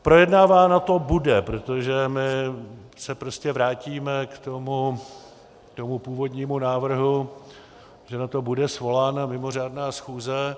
Projednáváno to bude, protože my se prostě vrátíme k tomu původnímu návrhu, že na to bude svolána mimořádná schůze.